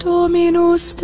Dominus